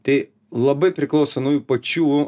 tai labai priklauso nuo jų pačių